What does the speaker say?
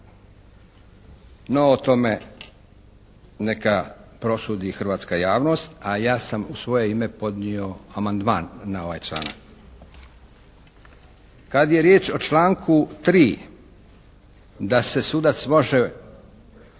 No, o tome neka prosudi hrvatska javnost a ja sam u svoje ime podnio amandman na ovaj članak. Kad je riječ o članku 3. da se sudac može